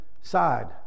side